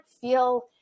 feel